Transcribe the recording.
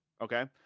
Okay